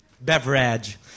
beverage